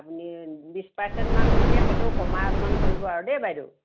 আপুনি বিশ পাৰচেণ্ট মানকৈ হ'লেও কমাই অলপমান ধৰিব আৰু দেই বাইদেউ